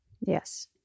Yes